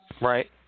right